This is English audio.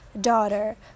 daughter